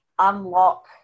Unlock